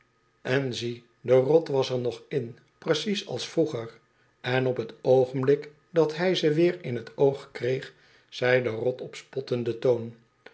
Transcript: en zie de rot was er nog in precies als vroeger en op t oogenblik dat hij ze weer in t oog kreeg zei de rot op spottenden toon